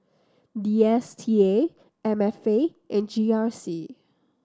D S T A M F A and G R C